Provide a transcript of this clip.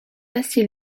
assez